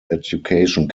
education